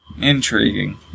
Intriguing